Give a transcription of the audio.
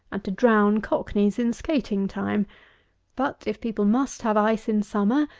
and to drown cockneys in skaiting-time but if people must have ice in summer,